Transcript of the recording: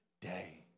day